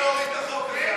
להוריד את החוק הזה.